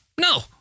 No